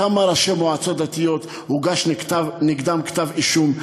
כמה ראשי מועצות דתיות הוגש נגדם כתב-אישום?